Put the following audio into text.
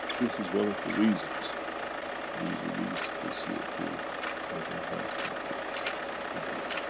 this is one of the reasons we released the c o two as enhancement kit today.